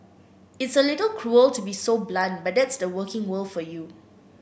it's a little cruel to be so blunt but that's the working world for you